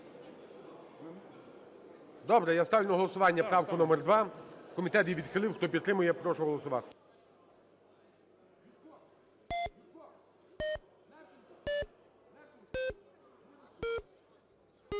Добре, я ставлю на голосування правку номер 2. Комітет її відхилив. Хто підтримує, прошу голосувати.